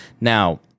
now